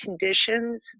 conditions